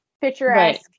Picturesque